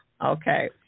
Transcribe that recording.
okay